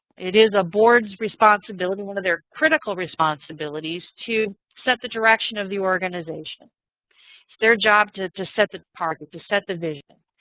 it is the board's responsibility, one of their critical responsibilities, to set the direction of the organization. it's their job to to set the targets, to set the vision.